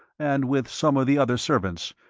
and with some of the other servants,